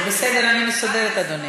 זה בסדר, אני מסודרת, אדוני.